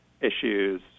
issues